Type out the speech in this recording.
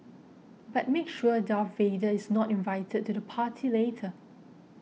but make sure Darth Vader is not invited to the party later